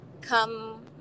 come